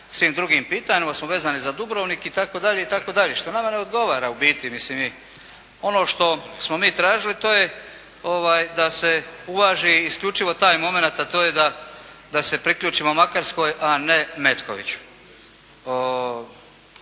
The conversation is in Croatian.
svim drugim pitanjima, nego smo vezani za Dubrovnik itd., itd., što nama ne odgovara ubiti. Ono što smo mi tražili to je da se uvaži isključivo taj momenat, a to je da se priključimo Makarskoj, a ne Metkoviću.